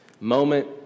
moment